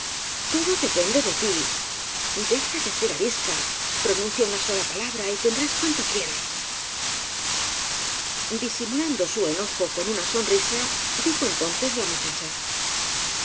todo depende de tí deja de ser arisca pronuncia una sola palabra y tendrás cuanto quieras disimulando su enojo con una sonrisa dijo en tonces la muchacha